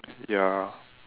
ya